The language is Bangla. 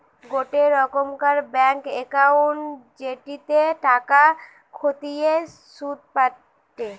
গোটে রোকমকার ব্যাঙ্ক একউন্ট জেটিতে টাকা খতিয়ে শুধ পায়টে